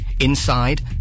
Inside